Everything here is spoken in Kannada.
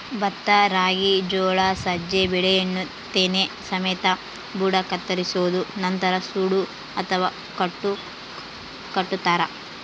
ಭತ್ತ ರಾಗಿ ಜೋಳ ಸಜ್ಜೆ ಬೆಳೆಯನ್ನು ತೆನೆ ಸಮೇತ ಬುಡ ಕತ್ತರಿಸೋದು ನಂತರ ಸೂಡು ಅಥವಾ ಕಟ್ಟು ಕಟ್ಟುತಾರ